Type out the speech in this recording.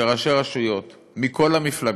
ראשי רשויות מכל המפלגות,